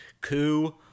coup